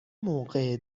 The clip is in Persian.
موقع